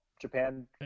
Japan